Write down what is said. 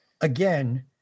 again